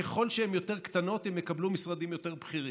ככל שהן יותר קטנות הן יקבלו משרדים יותר בכירים.